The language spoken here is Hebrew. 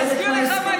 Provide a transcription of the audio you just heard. כי זה חלק מההסכמים,